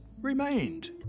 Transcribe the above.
remained